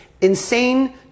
insane